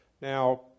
Now